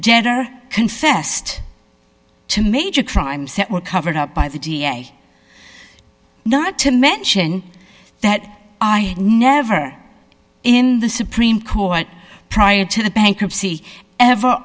jenner confessed to major crime set were covered up by the da not to mention that i never in the supreme court prior to the bankruptcy ever